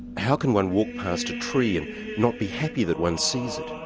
how can one walk past a tree and not be happy that one sees it?